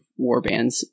warbands